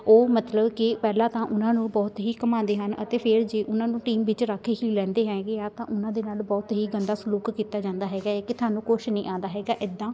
ਉਹ ਮਤਲਬ ਕਿ ਪਹਿਲਾਂ ਤਾਂ ਉਹਨਾਂ ਨੂੰ ਬਹੁਤ ਹੀ ਘੁੰਮਾਉਂਦੇ ਹਨ ਅਤੇ ਫਿਰ ਜੇ ਉਹਨਾਂ ਨੂੰ ਟੀਮ ਵਿੱਚ ਰੱਖ ਹੀ ਲੈਂਦੇ ਹੈਗੇ ਆ ਤਾਂ ਉਹਨਾਂ ਦੇ ਨਾਲ ਬਹੁਤ ਹੀ ਗੰਦਾ ਸਲੂਕ ਕੀਤਾ ਜਾਂਦਾ ਹੈਗਾ ਏ ਕਿ ਤੁਹਾਨੂੰ ਕੁਛ ਨਹੀਂ ਆਉਂਦਾ ਹੈਗਾ ਇੱਦਾਂ